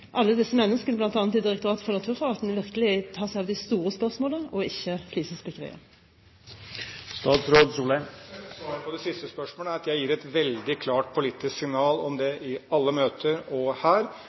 alle disse menneskene, bl.a. i Direktoratet for naturforvaltning, virkelig tar seg av de store spørsmålene, og ikke flisespikkeriet? Svaret på det siste spørsmålet er at jeg gir et veldig klart politisk signal om det i alle møter, og her. Dette er ikke et særspørsmål for miljøforvaltningen. Det